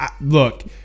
Look